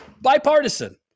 bipartisan